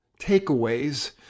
takeaways